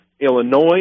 Illinois